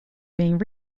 being